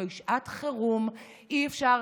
זוהי שעת חירום, אי-אפשר,